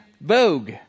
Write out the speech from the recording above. vogue